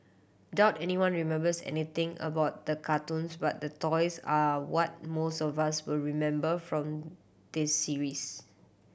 doubt anyone remembers anything about the cartoons but the toys are what most of us will remember from this series